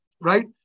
Right